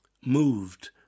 moved